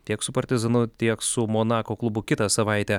tiek su partizanu tiek su monako klubu kitą savaitę